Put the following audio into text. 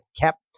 kept